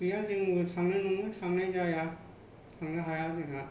गैया जोंबो थांनो नङो थांनाय जाया थांनो हाया जोंहा